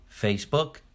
Facebook